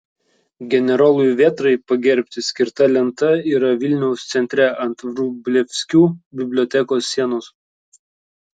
generolui vėtrai pagerbti skirta lenta yra vilniaus centre ant vrublevskių bibliotekos sienos